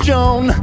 Joan